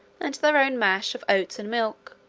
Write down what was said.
and their own mash of oats and milk,